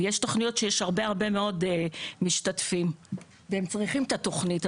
יש תוכניות שיש הרבה מאוד משתתפים והם צריכים את התוכנית.